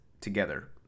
together